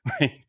right